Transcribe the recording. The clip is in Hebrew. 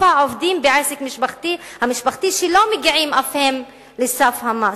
העובדים בעסק משפחתי שלא מגיעים אף הם לסף המס.